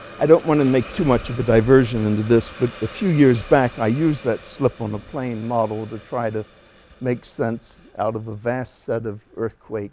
i don't want to make too much of a diversion into this, but a few years back i used that slip on a plane model to try to make sense out of a vast set of earthquake